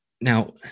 Now